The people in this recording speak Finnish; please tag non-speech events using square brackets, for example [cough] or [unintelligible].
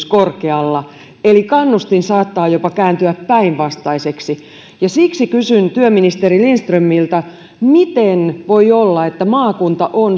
[unintelligible] korkealla eli kannustin saattaa jopa kääntyä päinvastaiseksi ja siksi kysyn työministeri lindströmiltä miten voi olla että